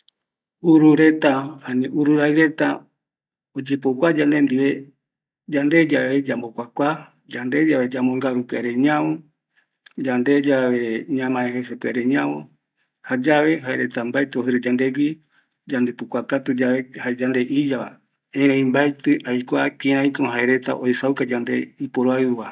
Urureta, ururaɨreta oyepokua yande ndive, yande yave yambo kuakua, yande yave yambogaru pɨare ñavo, yande yave ñamae eje pɨare ñavo, jayave jaereta mbaetɨ ojɨrɨ yandegui, yandepokuakatu jae yande iyava mbatɨ aikua kiraiko jaereta oesauka yande iporoau va